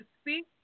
speak